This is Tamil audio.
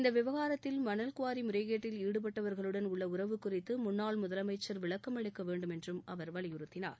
இந்த விவகாரத்தில் மணல் குவாரி முறைகேட்டில் ஈடுபட்டவர்களுடன் உள்ள உறவு குறித்து முன்னாள் முதலமைச்சர் விளக்கம் அளிக்க வேண்டும் என்றும் அவர் வலியுறுத்தினார்